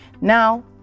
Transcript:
Now